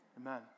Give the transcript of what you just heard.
Amen